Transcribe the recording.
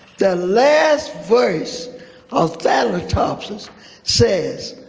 the last verse of thanatopsis says,